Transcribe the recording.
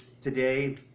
today